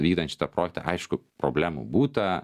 vykdant šitą projektą aišku problemų būta